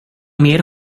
mer